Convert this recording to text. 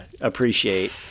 appreciate